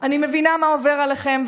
אני מבינה מה עובר עליכם,